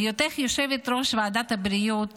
בהיותך יושבת-ראש ועדת הבריאות